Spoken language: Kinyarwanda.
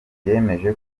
yemeje